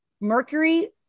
Mercury